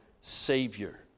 Savior